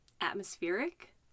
atmospheric